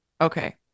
Okay